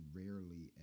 rarely